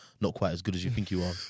not-quite-as-good-as-you-think-you-are